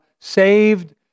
saved